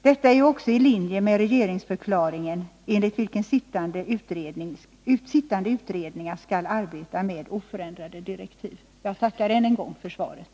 Det ligger också i linje med regeringsförklaringen, enligt vilken sittande utredningar skall arbeta med oförändrade direktiv. Jag tackar än en gång för svaret.